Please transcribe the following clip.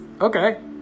okay